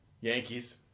Yankees